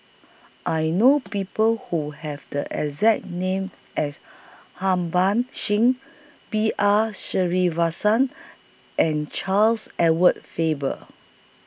I know People Who Have The exact name as Harbans Singh B R Sreenivasan and Charles Edward Faber